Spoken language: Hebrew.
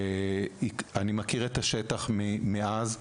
ואני מכיר את השטח מאז.